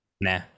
nah